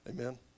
Amen